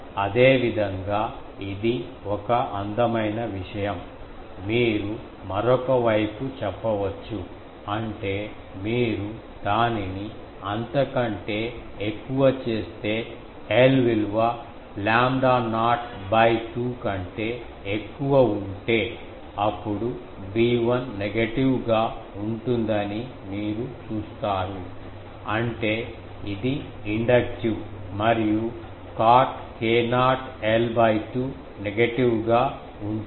అదేవిధంగా ఇది ఒక అందమైన విషయం మీరు మరొక వైపు చెప్పవచ్చు అంటే మీరు దానిని అంతకంటే ఎక్కువ చేస్తే l విలువ లాంబ్డా నాట్ 2 కంటే ఎక్కువ ఉంటే అప్పుడు B1 నెగెటివ్ గా ఉంటుందని మీరు చూస్తారు అంటే ఇది ఇండక్టివ్ మరియు cot k0 l 2 నెగెటివ్ గా ఉంటుంది